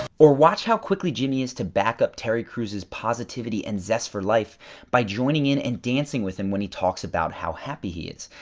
or watch how quickly jimmy is to back up terry crews's positivity and zest for life by joining in and dancing with him when he talks about how happy he is.